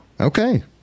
Okay